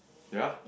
ya